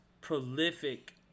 prolific